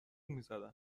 میزدن